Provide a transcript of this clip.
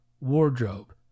wardrobe